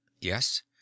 Yes